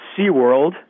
SeaWorld